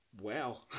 wow